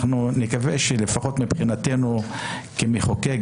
אנחנו נקווה שלפחות מבחינתנו כמחוקק,